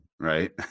right